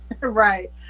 Right